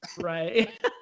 right